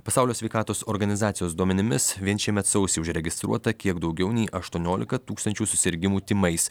pasaulio sveikatos organizacijos duomenimis vien šiemet sausį užregistruota kiek daugiau nei aštuoniolika tūkstančių susirgimų tymais